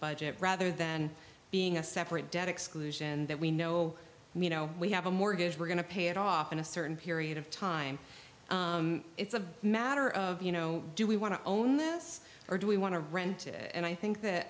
budget rather than being a separate debt exclusion and that we know you know we have a mortgage we're going to pay it off in a certain period of time it's a matter of you know do we want to own this or do we want to rent it and i think